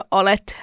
olet